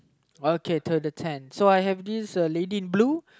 okay to the tent so I have this uh lady in blue